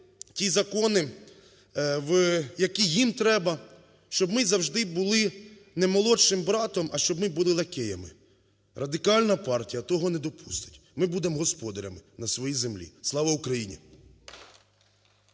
ті закони, які їм треба, щоб ми завжди були не молодшим братом, а щоб ми були лакеями. Радикальна партія того не допустить, ми будемо господарями на своїй землі. Слава Україні!